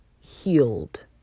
healed